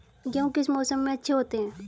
गेहूँ किस मौसम में अच्छे होते हैं?